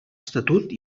estatut